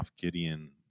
Gideon